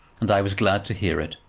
and i was glad to hear it.